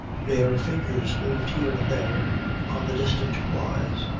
rare figures moved here and there on the distant quays.